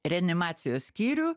reanimacijos skyrių